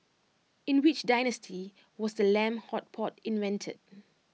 in which dynasty was the lamb hot pot invented